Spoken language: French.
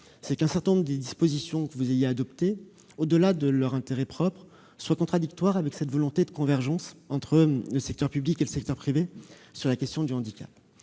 c'est qu'un certain nombre des dispositions que vous avez adoptées, au-delà de leur intérêt propre, ne soient contradictoires avec cette volonté de faire converger les secteurs public et privé en matière de handicap.